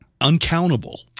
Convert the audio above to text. uncountable